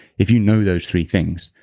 if you know those three things,